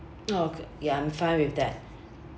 oh okay ya I'm fine with that